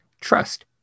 trust